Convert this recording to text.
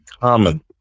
common